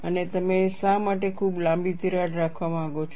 અને તમે શા માટે ખૂબ લાંબી તિરાડ રાખવા માંગો છો